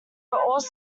rowland